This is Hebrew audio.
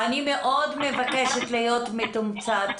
אני מאוד מבקשת להיות מתומצת.